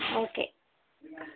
okay